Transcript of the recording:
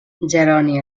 jeroni